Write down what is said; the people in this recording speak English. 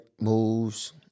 moves